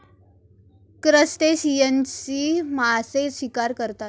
क्रस्टेशियन्सची मासे शिकार करतात